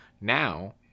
now